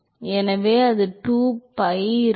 எனவே என்னால் முடியும் dAc என்பது 2pi rdr ஐத் தவிர வேறில்லை